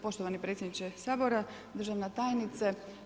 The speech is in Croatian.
Poštovani predsjedniče Sabora, državna tajnice.